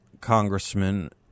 congressman